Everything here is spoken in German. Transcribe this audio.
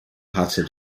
hatte